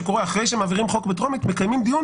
אחרי שמעבירים חוק בטרומית מקיימים דיון